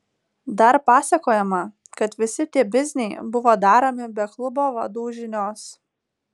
dar pasakojama kad visi tie bizniai buvo daromi be klubo vadų žinios